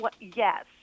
yes